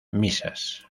misas